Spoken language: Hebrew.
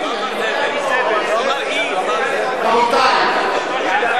נסים זאב, אני קורא אותך לסדר פעם שנייה.